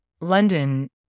London